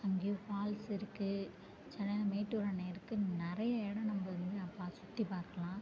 அங்கேயும் ஃபால்ஸ் இருக்கு சென்னையில மேட்டூர் அணை இருக்கு நிறைய இடம் நம்ப வந்து நான் பா ஃபால்ஸ் சுற்றி பார்க்கலாம்